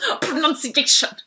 Pronunciation